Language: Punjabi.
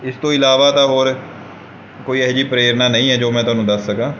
ਇਸ ਤੋਂ ਇਲਾਵਾ ਤਾਂ ਹੋਰ ਕੋਈ ਇਹੋ ਜਿਹੀ ਪ੍ਰੇਰਨਾ ਨਹੀਂ ਹੈ ਜੋ ਮੈਂ ਤੁਹਾਨੂੰ ਦੱਸ ਸਕਾਂ